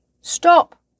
Stop